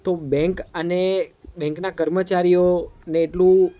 તો બેન્ક અને બેન્કના કર્મચારીઓને એટલું